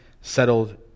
settled